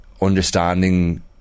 understanding